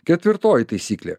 ketvirtoji taisyklė